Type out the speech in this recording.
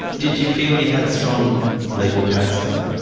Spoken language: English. did you feel you had a strong legal case though?